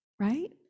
right